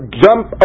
jump